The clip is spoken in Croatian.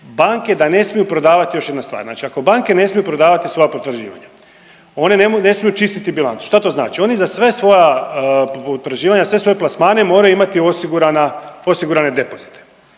Banke da ne smiju prodavati, još jedna stvar, znači ako banke ne smiju prodavati svoja potraživanja, one ne smiju čistiti bilancu, šta to znači? Oni za sve svoja potraživanja i za sve svoje plasmane moraju imati osigurana,